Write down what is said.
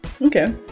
Okay